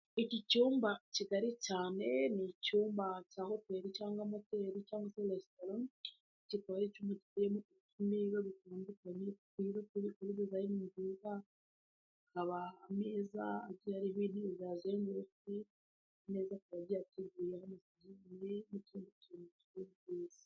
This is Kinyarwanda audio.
Iki cyumba kigari cyane ni icyumba cya hotel cyangwa motel cyangwa restaurant kikaba kikaba ari icyumba kirimo imeza zitandukanye kiriho design nziza hakaba ameza agiye ariho n'utundi tuntu twiza.